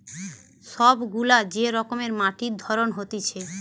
সব গুলা যে রকমের মাটির ধরন হতিছে